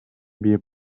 bir